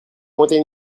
monter